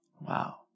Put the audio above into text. Wow